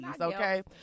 okay